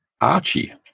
Archie